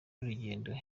n’urugendo